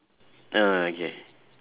ah okay